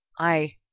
I